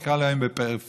נקרא להם פריפריה,